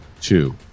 Two